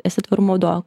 esi tvarumo vadovė